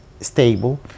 stable